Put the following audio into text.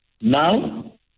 Now